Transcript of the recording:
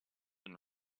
and